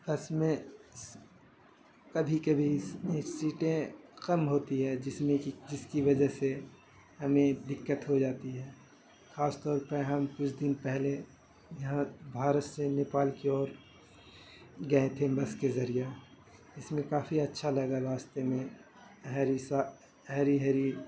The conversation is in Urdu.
بس میں کبھی کبھی سیٹیں کم ہوتی ہیں جس میں کہ جس کی وجہ سے ہمیں دقت ہو جاتی ہے خاص طور پہ ہم کچھ دن پہلے یہاں بھارت سے نیپال کی اور گئے تھے بس کے ذریعہ اس میں کافی اچھا لگا راستے میں ہری سا ہری ہری